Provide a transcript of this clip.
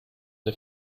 der